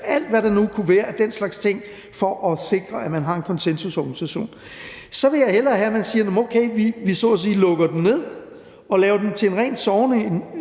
alt, hvad der nu kunne være af den slags ting for at sikre, at man har en konsensusorganisation. Så vil jeg hellere have, at man siger: Okay, vi lukker den så at sige ned og laver den til en ren sovende